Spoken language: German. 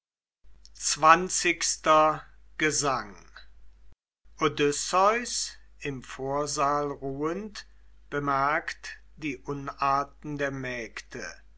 xx gesang odysseus im vorsaal ruhend bemerkt die unarten der mägde